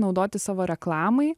naudoti savo reklamai